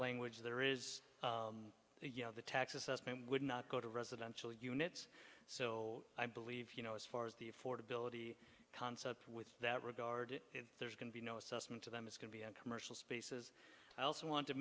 language there is a you know the tax assessment would not go to residential units so i believe you know as far as the affordability concept with that regard there's going to be no assessment to them it's going to be commercial spaces i also want to